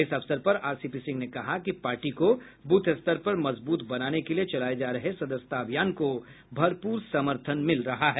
इस अवसर पर आरसीपीसिंह ने कहा कि पार्टी को बूथ स्तर पर मजबूत बनाने के लिए चलाए जा रहे सदस्यता अभियान को भरपूर समर्थन भी मिल रहा है